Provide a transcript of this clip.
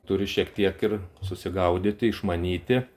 turi šiek tiek ir susigaudyti išmanyti